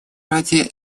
ради